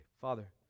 Father